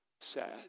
sad